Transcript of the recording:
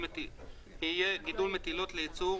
יהיה גידול מטילות לייצור